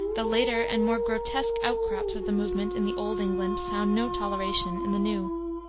the later and more grotesque out-crops of the movement in the old england found no toleration in the new.